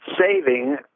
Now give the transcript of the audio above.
saving